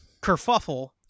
kerfuffle